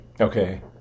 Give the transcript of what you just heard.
Okay